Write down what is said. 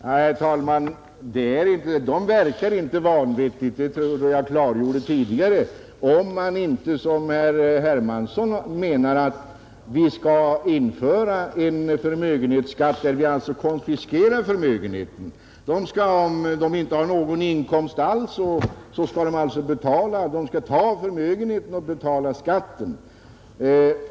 Herr talman! Nej, de verkar inte vanvettigt — det tror jag att jag klargjorde tidigare — om man inte som herr Hermansson i Stockholm menar att vi skall införa en förmögenhetsskatt som innebär att vi konfiskerar förmögenheten. Om förmögenhetsägaren inte har någon inkomst alls skall han alltså ta av förmögenheten och betala skatten.